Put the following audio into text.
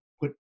put